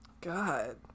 god